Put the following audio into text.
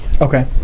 Okay